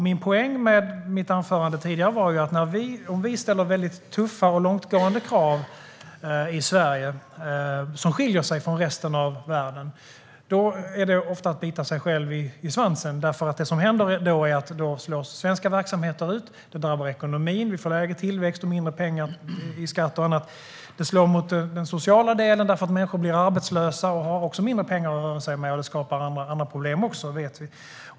Min poäng med mitt anförande tidigare var att om vi ställer tuffa och långtgående krav i Sverige som skiljer sig från resten av världen är det ofta att bita sig själv i svansen. Det som då händer är att svenska verksamheter slås ut. Det drabbar ekonomin, vi får lägre tillväxt och mindre pengar i skatt och annat. Det slår mot den sociala delen därför att människor blir arbetslösa och har mindre pengar att röra sig med, och det skapar också andra problem. Det vet vi.